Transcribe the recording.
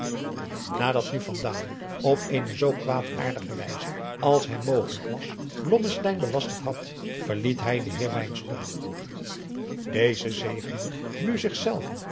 nadat nu van dalen op eene zoo kwaadaardige wijze als hem mogelijk was blommesteyn belasterd had verliet hij den heer wynstok deze zegende nu